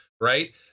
right